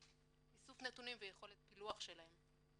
איסוף הנתונים ויכולת הפילוח שלהם.